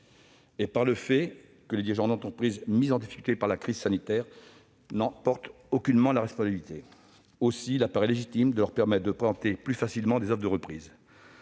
et du fait que les dirigeants d'entreprises mises en difficulté par la crise sanitaire n'en portent aucunement la responsabilité. Aussi, il apparaît légitime de leur permettre de présenter plus facilement des offres de reprise.